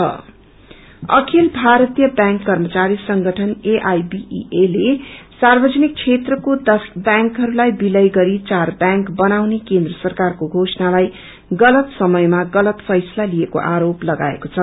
AIBEA अखिल भरतीय bank कर्मचारी संगठन एआईबीईए ले सार्वजनिक क्षेत्रको दश ब्यांकहरूलाई बिलय गरी चार ब्यांक बनाउने केन्द्र सरकारको घोषणालाई गलत समयमा गलत फैसला लिएको आरोप लगाएको छ